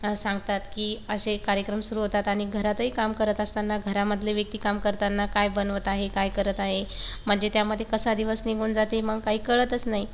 सांगतात की असे कार्यक्रम सुरू होतात आणि घरातही काम करत असताना घरामधले व्यक्ती काम करताना काय बनवत आहे काय करत आहे म्हणजे त्यामध्ये कसा दिवस निघून जाते काही कळतंच नाही